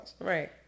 Right